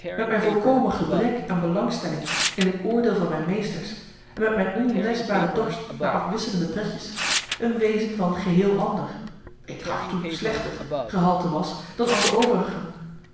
met mijn volkomen gebrek aan belangstelling in het oordeel van mijn meesters en met mijn onleschbare dorst naar afwisselende pretjes een wezen van geheel ander ik gaf toe slechter gehalte was dan al de overigen